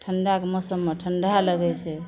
ठन्डाके मौसममे ठण्डा लगय छै